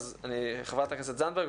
חברת הכנסת זנדברג.